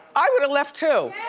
i woulda left too.